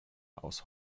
aus